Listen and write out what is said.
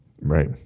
Right